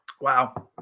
Wow